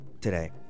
Today